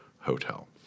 hotel